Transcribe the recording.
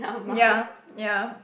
ya ya